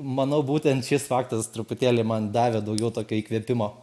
manau būtent šis faktas truputėlį man davė daugiau tokio įkvėpimo